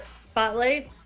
spotlight